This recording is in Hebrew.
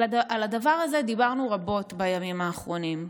על הדבר הזה דיברנו רבות בימים האחרונים.